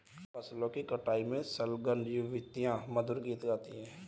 फसलों की कटाई में संलग्न युवतियाँ मधुर गीत गाती हैं